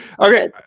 Okay